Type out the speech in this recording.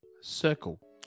circle